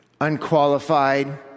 unqualified